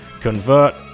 convert